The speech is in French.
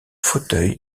fauteuil